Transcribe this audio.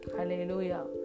Hallelujah